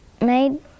made